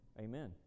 Amen